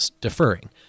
deferring